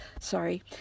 Sorry